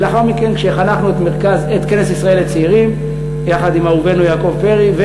ולאחר מכן כשחנכנו את כנס ישראל לצעירים יחד עם אהובנו יעקב פרי,